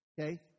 okay